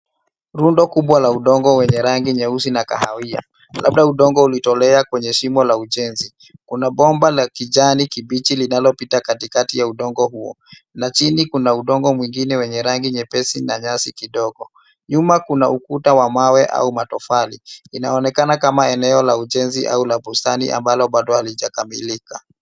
Rundo kubwa la udongo wenye rangi nyeusi na kahawia, labda udongo ulitolea kwenye shimo la ujenzi. Kuna bomba la kijani kibichi linalopita katikati ya udongo huo na chini kuna udongo mwingine wenye rangi nyepesi na nyasi kidogo. Nyuma kuna ukuta wa mawe au matofali, inaonekana kama eneo la ujenzi au la bustani ambalo bado halijakamilika.